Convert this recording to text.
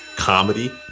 comedy